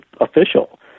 official